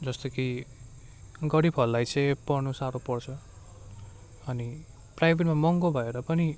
जस्तो कि गरीबहरूलाई चाहिँ पढ्नु साह्रो पर्छ अनि प्राइभेटमा महँगो भएर पनि